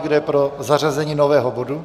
Kdo je pro zařazení nového bodu?